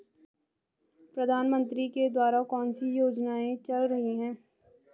प्रधानमंत्री के द्वारा कौनसी योजनाएँ चल रही हैं?